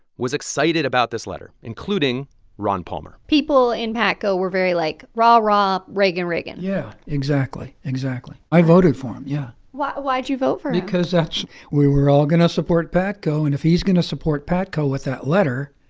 was excited about this letter, including ron palmer people in patco were very, like, rah, rah, reagan, reagan yeah, exactly. exactly. i voted for him, yeah why'd why'd you vote for him? because that's we were all going to support patco. and if he's going to support patco with that letter,